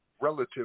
relative